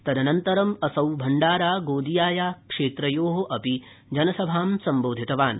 तदनन्तरम् असौ भंडारा गोदिया क्षेत्रयोः अपि जनसभां सम्बोधितवान्